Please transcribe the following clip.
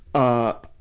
ah,